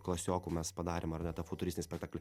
klasioku mes padarėm ar ne tą futuristinį spektaklį